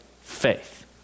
faith